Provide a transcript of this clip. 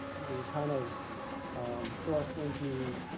we were kind of um thrust into